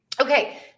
Okay